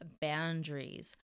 boundaries